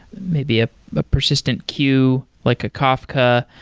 maybe ah a persistent queue, like a kafka,